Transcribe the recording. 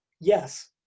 Yes